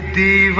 the